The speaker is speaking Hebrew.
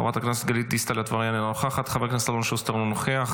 חבר הכנסת ולדימיר בליאק, אינו נוכח.